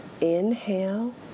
inhale